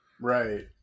Right